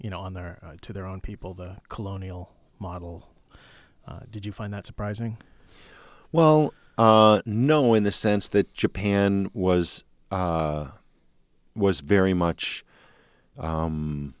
you know on their to their own people the colonial model did you find that surprising well no in the sense that japan was was very much